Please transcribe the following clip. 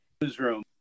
newsroom